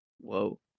Whoa